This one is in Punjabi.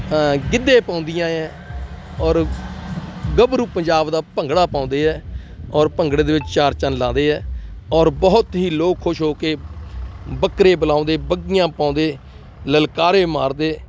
ਗਿੱਧੇ ਪਾਉਂਦੀਆਂ ਹੈ ਔਰ ਗੱਭਰੂ ਪੰਜਾਬ ਦਾ ਭੰਗੜਾ ਪਾਉਂਦੇ ਹੈ ਔਰ ਭੰਗੜੇ ਦੇ ਵਿੱਚ ਚਾਰ ਚੰਨ ਲਗਾਉਂਦੇ ਹੈ ਔਰ ਬਹੁਤ ਹੀ ਲੋਕ ਖੁਸ਼ ਹੋ ਕੇ ਬੱਕਰੇ ਬੁਲਾਉਂਦੇ ਬੱਗੀਆਂ ਪਾਉਂਦੇ ਲਲਕਾਰੇ ਮਾਰਦੇ